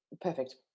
Perfect